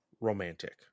romantic